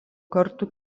kartų